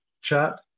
chat